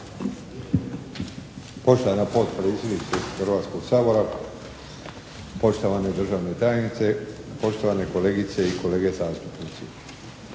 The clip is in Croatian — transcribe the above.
Poštovana potpredsjednice Hrvatskoga sabora, poštovana državna tajnice, poštovane kolegice i kolege zastupnici.